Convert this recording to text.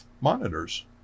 monitors